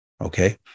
Okay